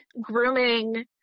grooming